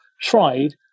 tried